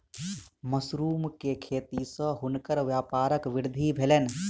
mushroom के खेती सॅ हुनकर व्यापारक वृद्धि भेलैन